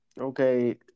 okay